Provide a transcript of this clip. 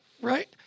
right